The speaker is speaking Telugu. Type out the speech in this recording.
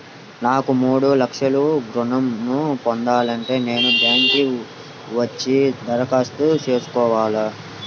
నాకు మూడు లక్షలు ఋణం ను పొందాలంటే నేను బ్యాంక్కి వచ్చి దరఖాస్తు చేసుకోవాలా?